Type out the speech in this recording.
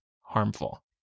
harmful